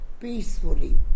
peacefully